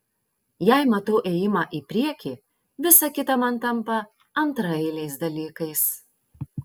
jei matau ėjimą į priekį visa kita man tampa antraeiliais dalykais